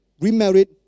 remarried